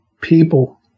people